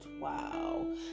wow